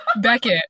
Beckett